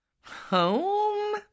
home